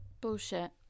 bullshit